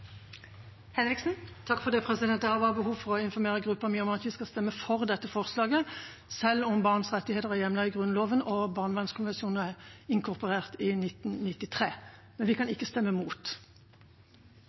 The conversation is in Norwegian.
Henriksen har bedt om ordet til en stemmeforklaring. Jeg har bare behov for å informere gruppa mi om at vi skal stemme for dette forslaget, selv om barns rettigheter er hjemlet i Grunnloven og Barnekonvensjonen ble inkorporert som norsk lov i 2003. Vi